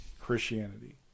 Christianity